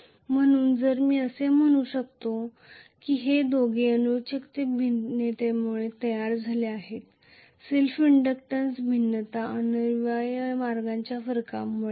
म्हणून जर मी असे म्हणू शकतो की हे दोघे रेलूक्टन्स मधील व्हेरिएशन्स मुळे आहेत तर सेल्फ इंडक्टन्स व्हेरिएशन्स हे रेलूक्टन्स पाथ मधील व्हेरिएशन्स मुळे आहे